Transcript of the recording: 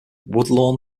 woodlawn